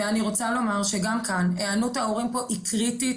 ואני רוצה לומר שגם כאן היענות ההורים פה היא קריטית,